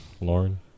Lauren